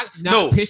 No